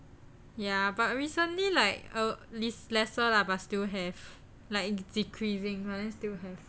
ya but recently like uh least lesser lah but still have like is decreasing lah then still have